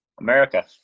America